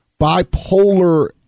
bipolar